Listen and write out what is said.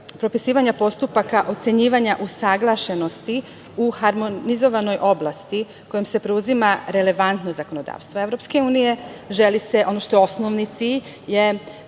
propisivanja postupaka ocenjivanja usaglašenosti u harmonizovanoj oblasti kojom se preuzima relevantno zakonodavstvo